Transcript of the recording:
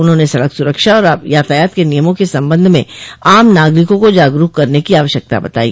उन्होंने सड़क सुरक्षा और यातायात के नियमों के संबंध में आम नागरिकों को जागरूक करने की आवश्यकता बतायी